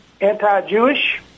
anti-Jewish